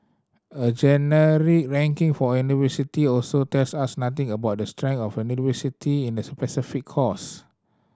a generic ranking for a university also tells us nothing about the strength of a university in a specific course